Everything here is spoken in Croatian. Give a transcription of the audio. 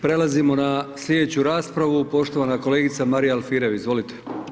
Prelazimo na slijedeću raspravu, poštovana kolegica Marija Alfirev, izvolite.